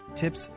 tips